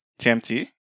TMT